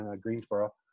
Greensboro